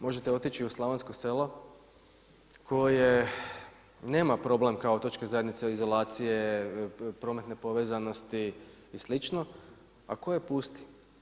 Možete otići u slavonska sela koje nema problem kao otočke zajednice izolacije prometne povezanosti i slično, a koje pusti.